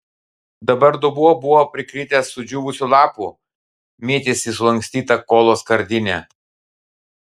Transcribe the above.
dabar dubuo buvo prikritęs sudžiūvusių lapų mėtėsi sulankstyta kolos skardinė